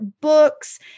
books